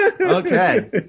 Okay